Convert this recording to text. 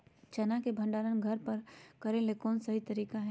चना के भंडारण घर पर करेले कौन सही तरीका है?